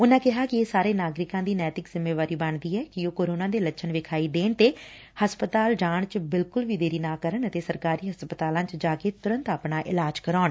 ਉਨਾਂ ਕਿਹਾ ਕਿ ਇਹ ਸਾਰੇ ਨਾਗਰਿਕਾਂ ਦੀ ਨੈਤਿਕ ਜਿੰਮੇਵਾਰੀ ਬਣਦੀ ਐ ਕਿ ਉਹ ਕੋਰੋਨਾ ਦੇ ਲੱਛਣ ਵਿਖਾਈ ਦੇਣ ਤੇ ਹਸਪਤਾਲ ਜਾਣ ਚ ਬਿਲਕੁਲ ਵੀ ਦੇਰੀ ਨਾ ਕਰਨ ਅਤੇ ਸਰਕਾਰੀ ਹਸਪਤਾਲਾਂ ਚ ਜਾਂਦੇ ਡੁਰੰਤ ਆਪਣਾ ਇਲਾਜ ਕਰਾਉਣ